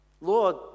Lord